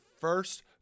first